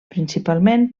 principalment